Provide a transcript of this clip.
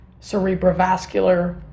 cerebrovascular